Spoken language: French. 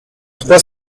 trois